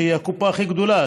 שהיא הקופה הכי גדולה,